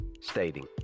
stating